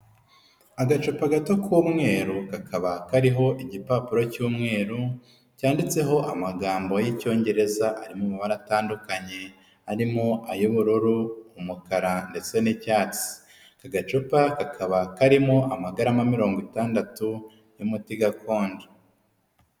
Agacupa gato k'umweru kakaba kariho igipapuro cy'umweru, cyanditseho amagambo y'icyongereza ari mu mabara atandukanye, arimo ay'ubururu, umukara ndetse n'icyatsi, aka gacupa kakaba karimo amagarama mirongo itandatu y'umuti gakondo.